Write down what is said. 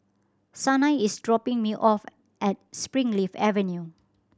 Sanai is dropping me off at Springleaf Avenue